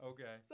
Okay